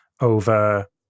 over